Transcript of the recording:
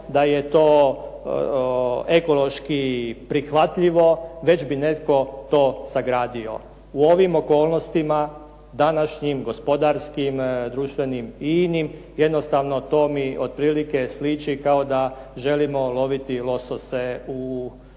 da je to ekološki prihvatljivo, već bi netko to sagradio. U ovim okolnostima današnjim gospodarskim, društvenim i inim, jednostavno to mi otprilike sliči kao da želimo loviti losose u